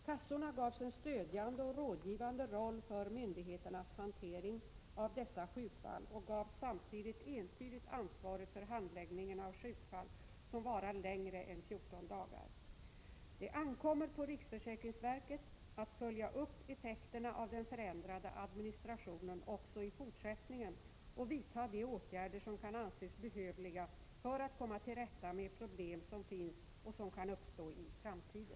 Kassorna gavs en stödjande och rådgivande roll för myndigheternas hantering av dessa sjukfall och gavs samtidigt entydigt ansvaret för handläggningen av sjukfall som varar längre än 14 dagar. Det ankommer på riksförsäkringsverket att följa upp effekterna av den förändrade administrationen också i fortsättningen och vidta de åtgärder som kan anses behövliga för att komma till rätta med problem som finns och som kan uppstå i framtiden.